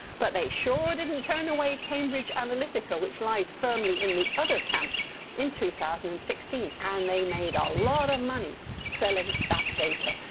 but they sure didn't turn away cambridge analytica, which lies firmly in the other camp in two thousand and sixteen and they made a lot of money selling that data.